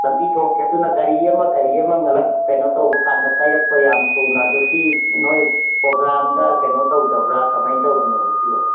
ꯂꯝꯕꯤ ꯊꯣꯡꯁꯦ ꯑꯗꯨꯅ ꯒꯥꯔꯤ ꯑꯃ ꯀꯔꯤ ꯑꯃ ꯉꯜꯂꯞ ꯀꯩꯅꯣ ꯇꯧꯕ ꯀꯥꯟꯗ ꯀꯥꯏꯔꯛꯄ ꯌꯥꯝ ꯊꯨꯅ ꯑꯗꯨ ꯁꯤ ꯅꯣꯏ ꯄ꯭ꯔꯣꯒ꯭ꯔꯥꯝꯗ ꯀꯩꯅꯣ ꯇꯧꯗꯕ꯭ꯔꯥ ꯀꯃꯥꯏꯅ ꯇꯧꯕꯅꯣꯕ ꯁꯤꯕꯣ